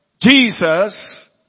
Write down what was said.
Jesus